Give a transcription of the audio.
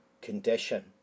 condition